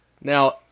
Now